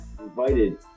Invited